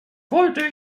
wollte